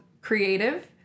creative